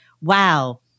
wow